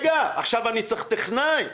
אבל עכשיו צריך טכנאי.